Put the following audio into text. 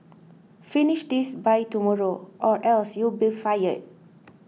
finish this by tomorrow or else you'll be fired